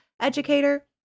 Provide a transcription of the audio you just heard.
educator